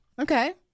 Okay